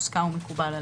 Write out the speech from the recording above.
מוסכם ומקובל עליהם.